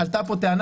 עלתה פה טענה